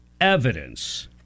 evidence